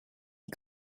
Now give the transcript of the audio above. die